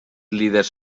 líders